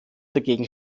dagegen